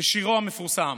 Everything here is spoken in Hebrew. בשירו המפורסם,